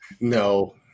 No